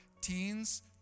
teens